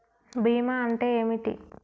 బీమా అంటే ఏమిటి?